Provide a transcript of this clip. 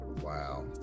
wow